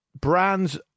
Brands